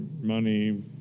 money